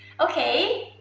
okay,